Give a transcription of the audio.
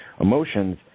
emotions